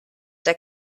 der